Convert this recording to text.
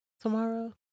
tomorrow